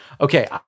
Okay